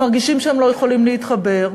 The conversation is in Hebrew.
הם מרגישים שהם לא יכולים להתחבר,